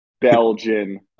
belgian